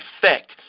effect